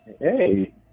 Hey